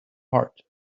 heart